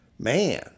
Man